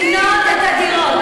איפה נותנים, לקנות את הדירות.